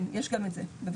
כן, יש גם את זה בוודאי.